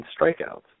strikeouts